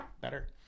better